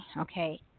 Okay